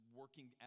working